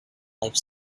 life